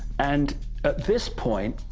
and at this point,